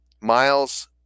Miles